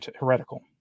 heretical